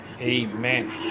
Amen